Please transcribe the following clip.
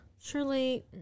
surely